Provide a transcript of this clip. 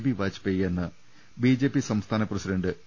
B Vajpayee എന്ന് B J P സംസ്ഥാന president P